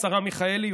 השרה מיכאלי,